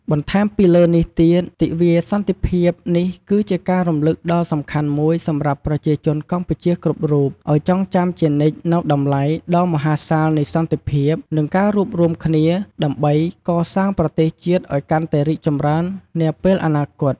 បន្ថែមពីលើនេះទៀត ទិវាសន្តិភាពនេះគឺជាការរំលឹកដ៏សំខាន់មួយសម្រាប់ប្រជាជនកម្ពុជាគ្រប់រូប ឲ្យចងចាំជានិច្ចនូវតម្លៃដ៏មហាសាលនៃសន្តិភាព និងការរួបរួមគ្នា ដើម្បីកសាងប្រទេសជាតិឲ្យកាន់តែរីកចម្រើននាពេលអនាគត។